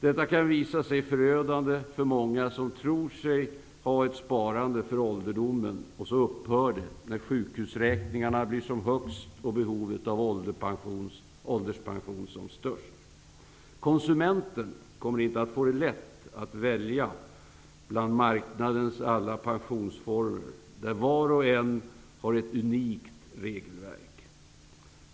Detta kan visa sig förödande för många som tror sig ha ett sparande för ålderdomen, och så upphör det när sjukhusräkningarna blir som högst och behovet av ålderspension som störst. Konsumenten kommer inte att få det lätt att välja bland marknadens alla pensionsformer, där var och en har ett unikt regelverk.